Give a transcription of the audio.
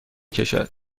کشد